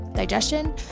digestion